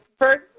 first